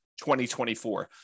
2024